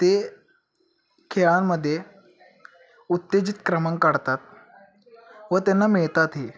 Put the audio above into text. ते खेळांमध्ये उत्तेजित क्रमांक काढतात व त्यांना मिळतातही